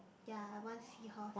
ya I want seahorse